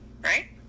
right